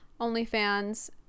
OnlyFans